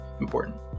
important